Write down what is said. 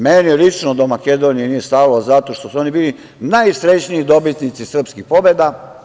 Meni lično do Makedonije nije stalo, zato što su oni bili najsrećniji dobitnici srpskih pobeda.